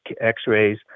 X-rays